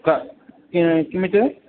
तत् किम् किमुच्यते